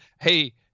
hey